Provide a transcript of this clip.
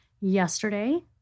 yesterday